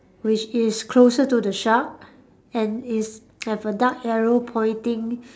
which is closer to the shark and is have a dark arrow pointing